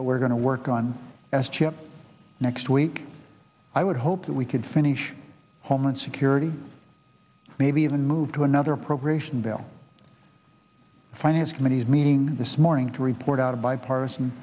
we're going to work on as chip next week i would hope that we could finish homeland security maybe even move to another appropriation bill finance committee is meeting this morning to report out a bipartisan